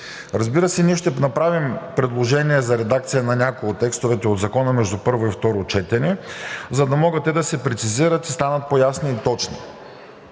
Разбира се, ние ще направим предложения за редакция на някои от текстовете от Закона между първо и второ четене, за да могат те да се прецизират и станат по-ясни и точни.